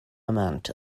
amount